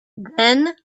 then